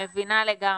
אני מבינה לגמרי.